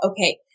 okay